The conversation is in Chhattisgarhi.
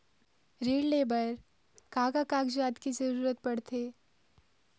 ऋण ले बर का का कागजात के जरूरत पड़थे?